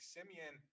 Simeon